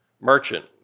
merchant